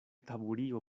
taburio